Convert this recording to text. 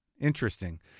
Interesting